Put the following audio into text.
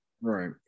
Right